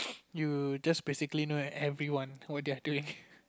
you just basically know like everyone what they're doing